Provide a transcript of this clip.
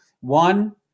One